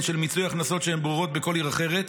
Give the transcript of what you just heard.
של מיצוי הכנסות שהן ברורות בכל עיר אחרת.